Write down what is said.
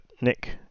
Nick